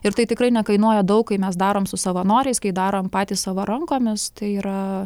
ir tai tikrai nekainuoja daug kai mes darom su savanoriais kai darom patys savo rankomis tai yra